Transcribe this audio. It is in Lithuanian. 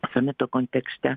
samito kontekste